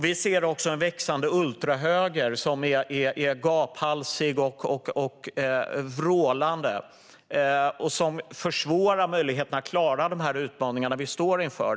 Vi ser också en växande ultrahöger som är gaphalsig och vrålande och försvårar möjligheterna att klara de utmaningar vi står inför.